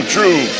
True